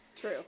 True